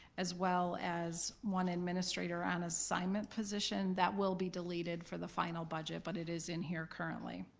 as well as one administrator on assignment position that will be deleted for the final budget, but it is in here currently.